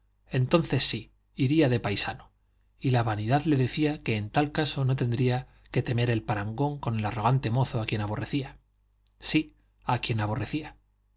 entonces sí iría de paisano y la vanidad le decía que en tal caso no tendría que temer el parangón con el arrogante mozo a quien aborrecía sí a quien aborrecía